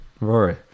Rory